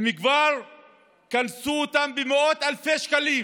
הם כבר קנסו אותם במאות אלפי שקלים